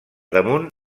damunt